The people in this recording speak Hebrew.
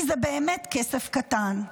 כי זה באמת כסף קטן.